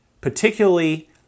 particularly